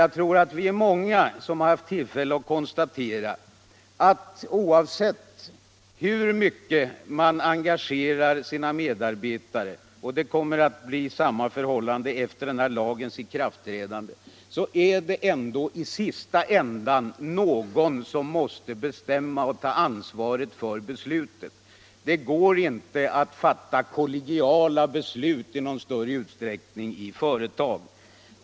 Jag tror också att vi är många som haft tillfälle att konstatera att oavsett hur mycket man engagerar sina medarbetare i beslutsprocessen — och förhållandet kommer att vara detsamma efter den här lagens ikraftträdande — är det ändå i slutändan någon som måste bestämma och ta personligt ansvar för besluten. Det går inte att fatta kollegiala beslut i någon större utsträckning i ett företag.